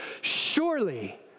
Surely